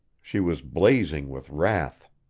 she was blazing with wrath.